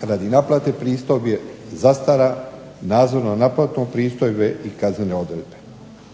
radi naplate pristojbi, zastara, nadzornom naplatom pristojbe i kaznene odredbe.